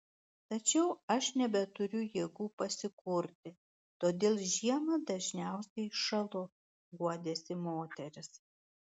tačiau aš nebeturiu jėgų pasikurti todėl žiemą dažniausiai šąlu guodėsi moteris